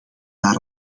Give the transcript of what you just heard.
daar